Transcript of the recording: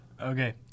Okay